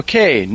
Okay